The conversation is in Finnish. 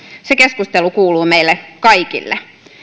se keskustelu kuuluu meille kaikille